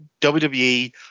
WWE